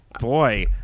boy